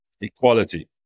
equality